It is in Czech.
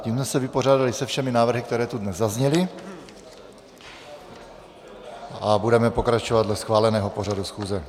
Tím jsme se vypořádali se všemi návrhy, které tu dnes zazněly, a budeme pokračovat dle schváleného pořadu schůze.